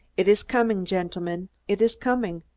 it is coming, gentlemen, it is coming,